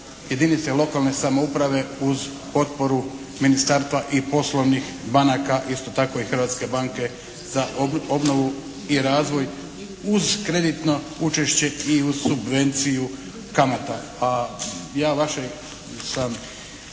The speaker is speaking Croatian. jedinice lokalne samouprave uz potporu ministarstva i poslovnih banaka, isto tako i Hrvatske banke za obnovu i razvoj uz kreditno učešće i uz subvenciju kamata.